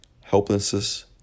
helplessness